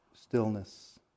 stillness